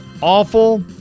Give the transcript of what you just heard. awful